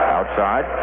Outside